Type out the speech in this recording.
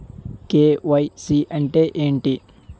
KYC అంటే ఏంటి?